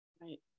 Right